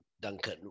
Duncan